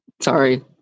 sorry